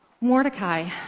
Mordecai